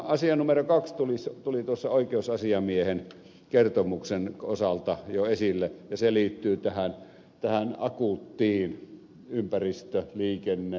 asia numero kaksi tuli tuossa oikeusasiamiehen kertomuksen osalta jo esille ja se liittyy tähän akuuttiin ympäristö liikenne ynnä muuta sellaista